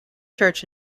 church